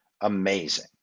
Amazing